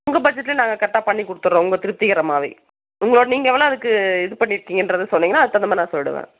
உங்கள் பட்ஜட்டில் நாங்கள் கரெக்ட்டாக பண்ணிக் கொடுத்துறோம் உங்கள் திருப்திகரமாகவே உங்களோ நீங்கள் வேணா அதுக்கு இது பண்ணிருக்கிங்கன்றதை சொன்னீங்கன்னா அதுக்குத் தகுந்த மாதிரி நான் சொல்லிடுவேன்